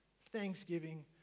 thanksgiving